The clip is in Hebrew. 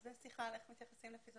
זאת שיחה על איך מתייחסים לפיזיותרפיסטים.